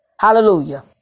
Hallelujah